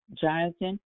Jonathan